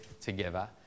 together